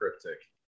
cryptic